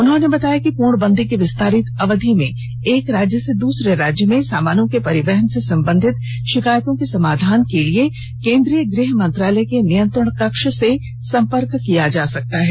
उन्होंने बताया कि पूर्णबंदी की विस्तारित अवधि में एक राज्य से दूसरे राज्य में सामानों के परिवहन से संबंधित शिकायतों के समाधान के लिए केन्द्रीय गृह मंत्रालय के नियंत्रण कक्ष से संपर्क किया जा सकता है